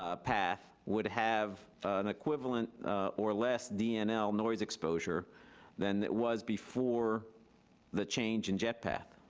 ah path would have an equivalent or less dnl noise exposure than it was before the change in jet path.